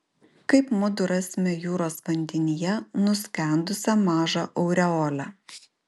kaip mudu rasime jūros vandenyje nuskendusią mažą aureolę